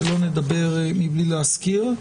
שלא נדבר מבלי להזכיר.